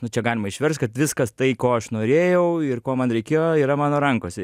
nu čia galima išverst kad viskas tai ko aš norėjau ir ko man reikėjo yra mano rankose